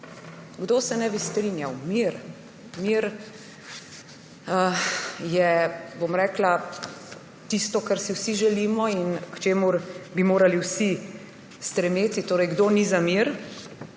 Kdo se ne bi strinjal? Mir. Mir je, bom rekla, tisto, kar si vsi želimo in k čemur bi morali vsi stremeti. Kdo torej ni za mir?